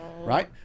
right